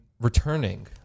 returning